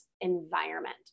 environment